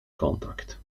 kontakt